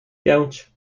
pięć